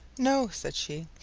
no, said she.